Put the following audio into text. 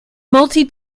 multi